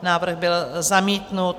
Návrh byl zamítnut.